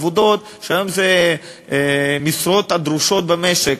עבודות שהיום הן המשרות הדרושות במשק,